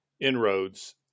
inroads